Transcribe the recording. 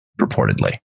reportedly